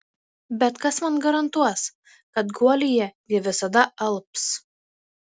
bet kas man garantuos kad guolyje ji visada alps